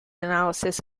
analysis